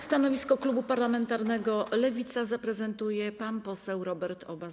Stanowisko klubu parlamentarnego Lewica zaprezentuje pan poseł Robert Obaz.